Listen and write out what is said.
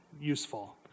useful